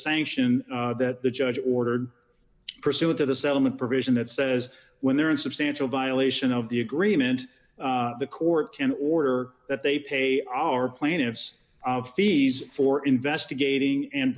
sanction that the judge ordered pursuant to the settlement provision that says when there is substantial violation of the agreement the court in order that they pay our plaintiffs of fees for investigating and